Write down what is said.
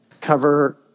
cover